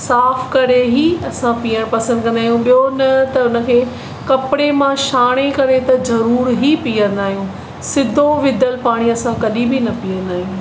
साफ़ करे ई असां पीअणु पसंदि कंदा आहियूं ॿियो न त हुनखे कपिड़े मां छाणी करे त ज़रूर ई पीअंदा आहियूं सिधो विधल पाणी असां कॾहिं बि न पीअंदा आहियूं